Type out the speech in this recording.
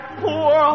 poor